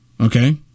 okay